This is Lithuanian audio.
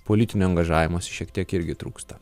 politinio angažavimosi šiek tiek irgi trūksta